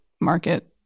market